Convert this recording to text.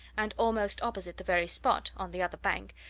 and almost opposite the very spot, on the other bank,